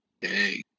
hey